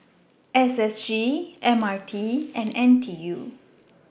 SSG MRT and NTU